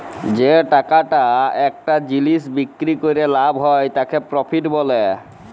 যে টাকাটা একটা জিলিস বিক্রি ক্যরে লাভ হ্যয় তাকে প্রফিট ব্যলে